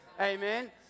Amen